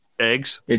eggs